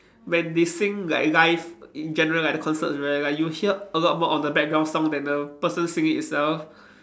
when they sing like live in general like the concerts right like you'll hear a lot more of the background song than the person singing itself